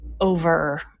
over